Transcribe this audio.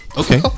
Okay